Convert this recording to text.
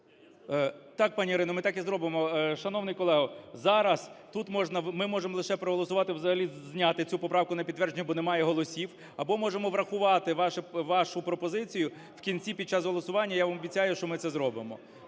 Так, пані Ірино, ми так і зробимо. Шановний колего, зараз тут ми можемо лише проголосувати взагалі зняти цю поправку на підтвердження, бо немає голосів. Або можемо врахувати вашу пропозицію в кінці під час голосування. Я вам обіцяю, що ми це зробимо.